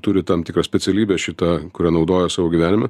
turi tam tikrą specialybę šitą kurią naudoja savo gyvenime